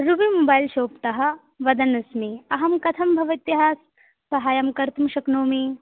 रुबिमोबैल्शाप्तः वदन् अस्मि अहं कथं भवत्याः साहाय्यं कर्तुं शक्नोमि